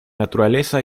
naturaleza